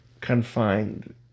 confined